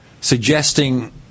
suggesting